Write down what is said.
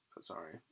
Sorry